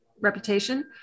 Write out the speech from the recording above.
reputation